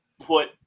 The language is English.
put